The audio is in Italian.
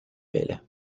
vele